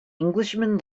englishman